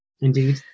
Indeed